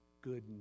good